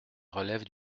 relève